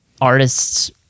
artists